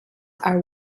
are